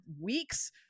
weeks